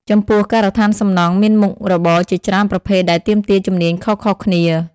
ចំពោះការដ្ឋានសំណង់មានមុខរបរជាច្រើនប្រភេទដែលទាមទារជំនាញខុសៗគ្នា។